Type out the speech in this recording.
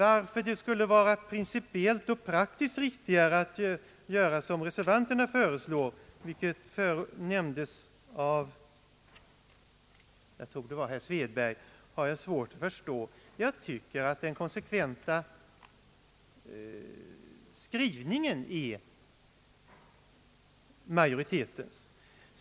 Att det skulle vara pricipiellt och praktiskt riktigare att göra så som reservanterna föreslår — vilket nämndes av herr Svedberg — har jag svårt att förstå. Jag tycker att majoritetens skrivning är den mest konsekventa.